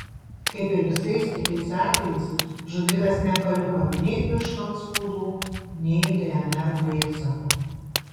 kaip ir visais kitais atvejais žudikas nepaliko nei pirštų atspaudų nei dnr pėdsakų